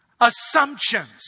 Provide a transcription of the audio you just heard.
Assumptions